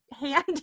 hand